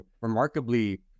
remarkably